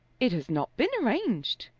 it has not been arranged.